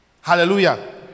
Hallelujah